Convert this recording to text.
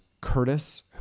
Curtis